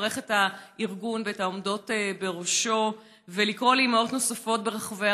לברך את הארגון ואת העומדות בראשו ולקרוא לאימהות נוספות ברחבי